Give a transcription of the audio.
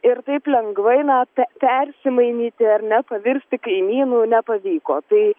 ir taip lengvai na pe persimainyti ar ne pavirsti kaimynu nepavyko tai